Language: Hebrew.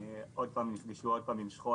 הן נפגשו עוד פעם עם שכול.